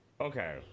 Okay